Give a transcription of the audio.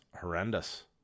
horrendous